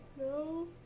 no